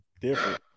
different